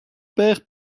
père